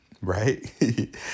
Right